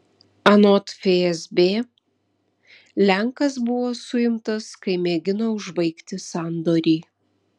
anot fsb lenkas buvo suimtas kai mėgino užbaigti sandorį